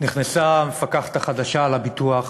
נכנסה המפקחת החדשה על הביטוח